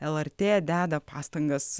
lrt deda pastangas